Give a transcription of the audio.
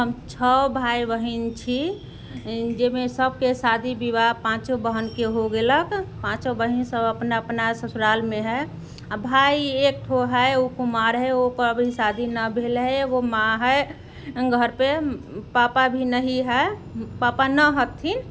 हम छओ भाइ बहिन छी जाहिमे सबके शादी विवाह पाँचो बहिनके हो गेलक पाँचो बहिन सब अपना अपना ससुरालमे हइ आ भाय एकठो हइ ओ कुमार हइ ओकर अभी शादी नहि भेल हइ एगो माँ हइ घऽर पे पापा भी नहि हइ पापा नहि हथिन